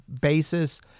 basis